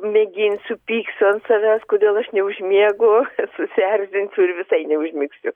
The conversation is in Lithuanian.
mėginsiu pyksiu ant savęs kodėl aš neužmiegu susierzinsiu ir visai neužmigsiu